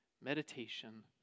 meditation